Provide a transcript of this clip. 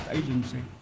agency